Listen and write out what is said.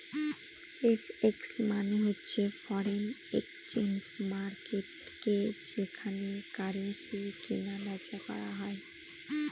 FX মানে হচ্ছে foreign exchange মার্কেটকে যেখানে কারেন্সি কিনা বেচা করা হয়